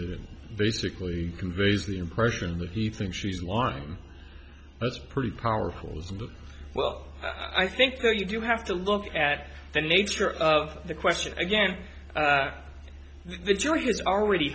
that basically conveys the impression that he thinks she's lying that's pretty powerful as well i think that you have to look at the nature of the question again the jury has already